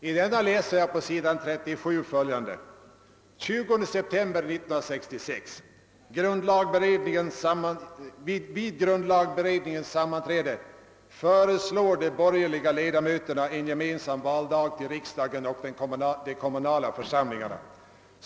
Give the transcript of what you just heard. I denna läser jag på s. 37 följande: »20 september 1966: Vid grundlagberedningens sammanträde föreslår de borgerliga l1edamöterna en gemensam valdag till riksdagen och de kommunala församlingarna.